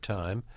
time